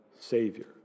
Savior